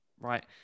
Right